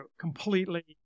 completely